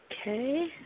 Okay